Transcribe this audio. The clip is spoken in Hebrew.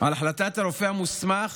על החלטת הרופא המוסמך